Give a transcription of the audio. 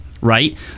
right